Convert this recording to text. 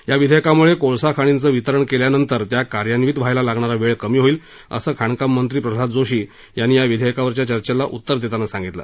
या विधेयकाम्ळे कोळसा खाणींचं वितरण केल्यानंतर त्या कार्यान्वित व्हायला लागणारा वेळ कमी होईल असं खाणकाम मंत्री प्रल्हाद जोशी यांनी या विधेयकावरच्या चर्चेला उतर देताना सांगितलं